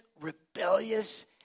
rebellious